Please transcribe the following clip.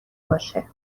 باشه